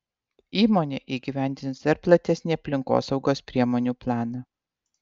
įmonė įgyvendins dar platesnį aplinkosaugos priemonių planą